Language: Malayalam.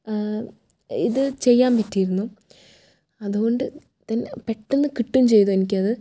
ഇത് ചെയ്യാൻ പറ്റിയിരുന്നു അതുകൊണ്ട് തന്നെ പെട്ടന്ന് കിട്ടുകയും ചെയ്തു എനിക്ക് അത്